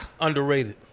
Underrated